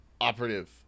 operative